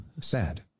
Sad